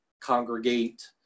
congregate